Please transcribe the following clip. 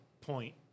point